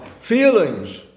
Feelings